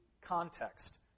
context